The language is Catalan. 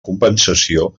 compensació